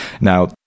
Now